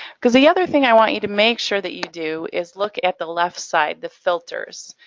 because the other thing i want you to make sure that you do is look at the left side, the filters.